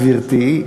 גברתי,